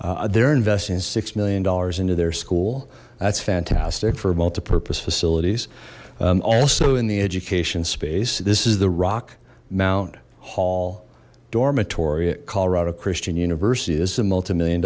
they're investing six million dollars into their school that's fantastic for multi purpose facilities also in the education space this is the rock mount hall dormitory at colorado christian university this is a multi million